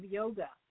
yoga